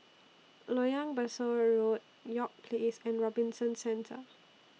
Loyang Besar Road York Place and Robinson Centre